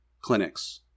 clinics